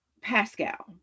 Pascal